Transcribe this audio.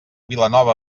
vilanova